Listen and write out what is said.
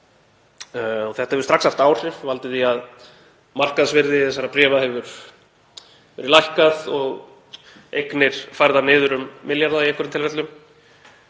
Þetta hefur strax haft áhrif og valdið því að markaðsvirði þessara bréfa hefur lækkað og eignir færðar niður um milljarða í einhverjum tilfellum.